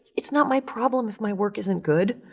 it's not my problem if my work isn't good.